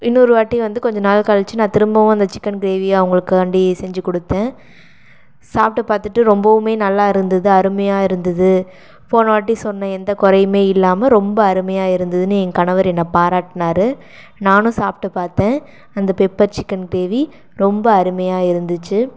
இன்னொரு வாட்டி வந்து கொஞ்சம் நாள் கழித்து நான் திரும்பவும் அந்த சிக்கன் கிரேவி அவங்களுக்காண்டி செஞ்சுக் கொடுத்தேன் சாப்பிட்டு பார்த்துட்டு ரொம்பவும் நல்லா இருந்தது அருமையாக இருந்தது போனவாட்டி சொன்ன எந்தக் குறையும் இல்லாமல் ரொம்ப அருமையாக இருந்ததுனு என் கணவர் என்னை பாராட்டுனார் நானும் சாப்பிட்டு பார்த்தேன் அந்த பெப்பர் சிக்கன் கிரேவி ரொம்ப அருமையாக இருந்துச்சு